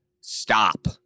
stop